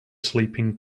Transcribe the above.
sleeping